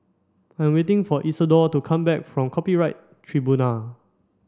I am waiting for Isidor to come back from Copyright Tribunal